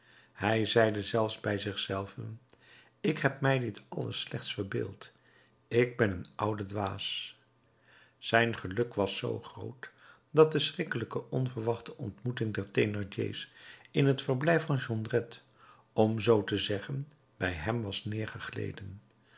hij zeide zelfs bij zich zelven ik heb mij dit alles slechts verbeeld ik ben een oude dwaas zijn geluk was zoo groot dat de schrikkelijke onverwachte ontmoeting der thénardiers in het verblijf van jondrette om zoo te zeggen bij hem was